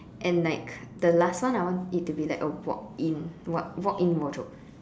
and like the last one I want it to be like a walk in what walk in wardrobe